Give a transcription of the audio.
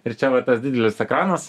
ir čia va tas didelis ekranas